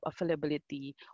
availability